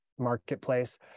Marketplace